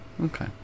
Okay